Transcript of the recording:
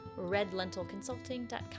redlentilconsulting.com